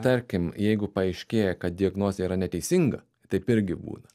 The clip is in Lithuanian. tarkim jeigu paaiškėja kad diagnozė yra neteisinga taip irgi būna